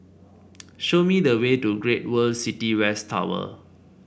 show me the way to Great World City West Tower